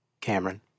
Cameron